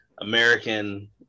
American